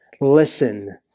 listen